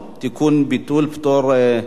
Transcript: העולם.